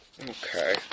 Okay